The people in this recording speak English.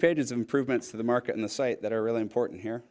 pages of improvements to the market in the site that are really important here